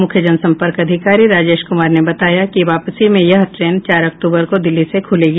मूख्य जनसंपर्क अधिकारी राजेश कुमार ने बताया कि वापसी में यह ट्रेन चार अक्टूबर को दिल्ली से खुलेगी